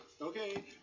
Okay